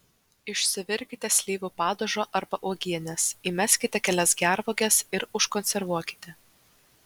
išsivirkite slyvų padažo arba uogienės įmeskite kelias gervuoges ir užkonservuokite